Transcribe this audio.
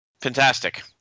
Fantastic